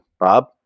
Bob